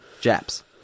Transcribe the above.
Japs